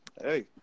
Hey